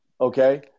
Okay